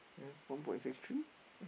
one point six three